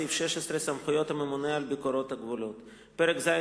סעיף 16 (סמכויות הממונה על ביקורות הגבולות); פרק ז',